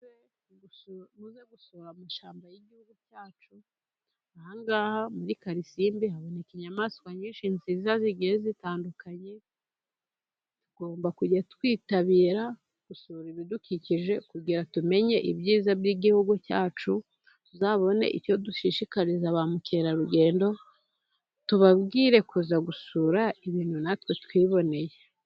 Muze gusura amashyamba y'igihugu cyacu, ahangaha muri Karilisimbi haboneka inyamaswa nyinshi nziza zigiye zitandukanye, tugomba kujya twitabira gusura ibidukikije kugira tumenye ibyiza by'igihugu cyacu, tuzabone icyo dushishikariza ba mukerarugendo, tubabwire kuza gusura ibintu natwe twiboneye.